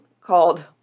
called